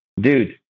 dude